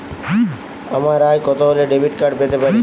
আমার আয় কত হলে ডেবিট কার্ড পেতে পারি?